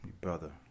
brother